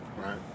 right